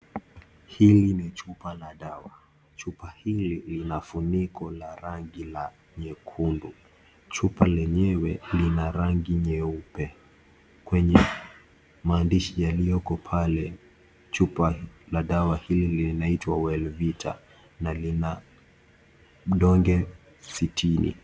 Hili ni chupa la dawa. Chupa hili lina funiko la rangi la nyekundu. Chupa lenyewe lina rangi nyeupe. Kwenye maandishi yaliyoko pale, chupa la dawa hili linaitwa well fitter na lina donge sitini